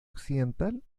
occidental